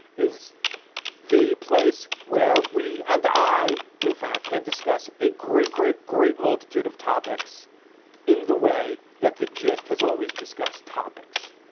is the place where we and i in fact can discuss a great, great, great multitude of topics in the way that the gist has always discussed topics.